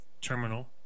terminal